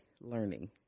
learning